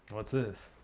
what's this?